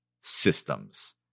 systems